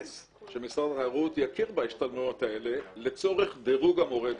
שמשרד התיירות יכיר בהשתלמויות האלה לצורך דירוג מורה הדרך.